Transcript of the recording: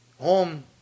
home